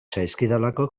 zaizkidalako